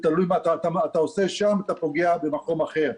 אתה עושה שם, אתה פוגע במקום אחר.